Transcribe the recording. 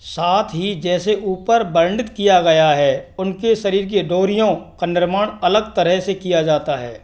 साथ ही जैसे ऊपर वर्णित किया गया है उनके शरीर की डोरियों का निर्माण अलग तरह से किया जाता है